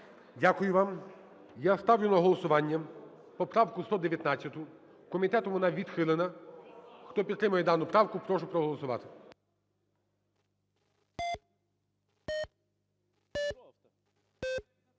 Дякую вам. Я ставлю на голосування поправку 119. Комітетом вона відхилена. Хто підтримує дану правку, прошу проголосувати.